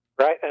Right